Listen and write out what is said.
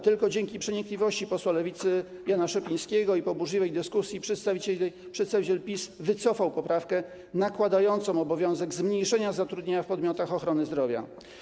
Tylko dzięki przenikliwości posła Lewicy Jana Szopińskiego i po burzliwej dyskusji przedstawiciel PiS wycofał poprawkę nakładającą obowiązek zmniejszenia zatrudnienia w podmiotach ochrony zdrowia.